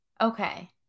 Okay